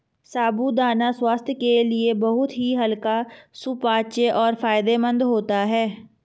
साबूदाना स्वास्थ्य के लिए बहुत ही हल्का सुपाच्य और फायदेमंद होता है